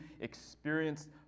experienced